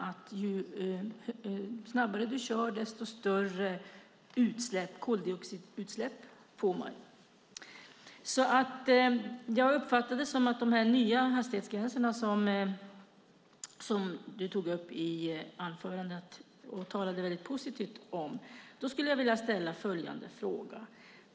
Ju snabbare man kör, desto större koldioxidutsläpp blir det. Eliza Roszkowska Öberg tog upp de nya hastighetsgränserna i sitt anförande och talade positivt om dem.